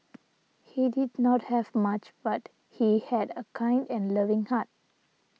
he did not have much but he had a kind and loving heart